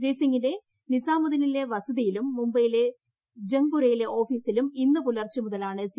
ജയ്സിങ്ങിന്റെ നിസാമുദീനിലെ വസതിയിലും മുംബൈയിലെ ജങ്ങ്പുരയിലെ ഓഫീസിലും ഇന്ന് പുലർച്ചെ മുതലാണ് സി